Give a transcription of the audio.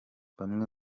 bamwe